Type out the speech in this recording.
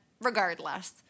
regardless